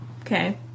Okay